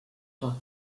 pot